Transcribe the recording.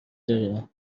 داره